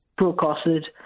broadcasted